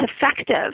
effective